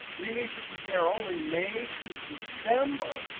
we need to compare only may to december.